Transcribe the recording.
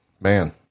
man